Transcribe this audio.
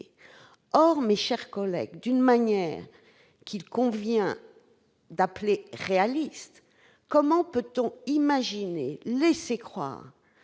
or, mes chers collègues, d'une manière qu'il convient d'appeler réaliste, comment peut-on imaginer laisser croire